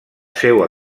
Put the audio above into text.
seua